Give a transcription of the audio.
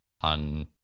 on